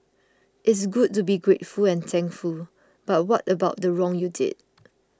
it's good to be grateful and thankful but what about the wrong you did